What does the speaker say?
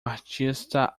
artista